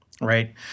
right